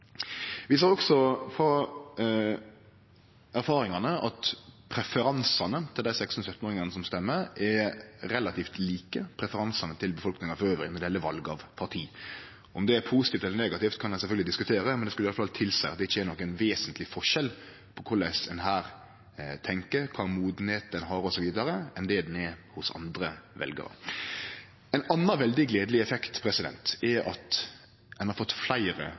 Vi ser også av erfaringane at preferansane til dei 16- og 17-åringane som stemmer, er relativt like preferansane til befolkninga elles når det gjeld val av parti. Om det er positivt eller negativt, kan ein sjølvsagt diskutere, men det skulle iallfall tilseie at det ikkje er nokon vesentleg forskjell på korleis ein her tenkjer, om ein er meir moden osv. enn andre veljarar. Ein annan veldig gledeleg effekt er at ein har fått fleire